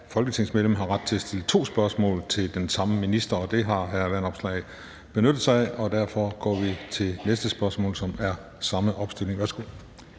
folketingsmedlem har ret til at stille to spørgsmål til den samme minister. Det har hr. Alex Vanopslagh benyttet sig af, og derfor går vi til næste spørgsmål, som er med den samme opstilling. Kl.